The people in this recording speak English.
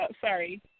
Sorry